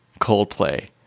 Coldplay